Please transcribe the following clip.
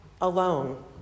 alone